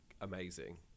amazing